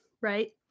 Right